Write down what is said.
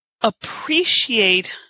appreciate